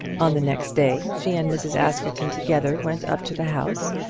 on the next day she and mrs. askerton together went up to the house,